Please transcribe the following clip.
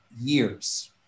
years